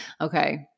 Okay